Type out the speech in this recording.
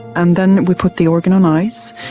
and then we put the organ on ice.